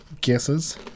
guesses